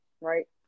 right